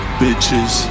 bitches